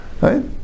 right